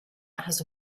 has